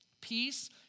peace